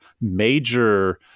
major